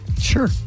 Sure